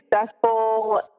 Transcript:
successful